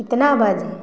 कतना बजे